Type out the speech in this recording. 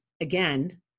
again